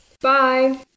bye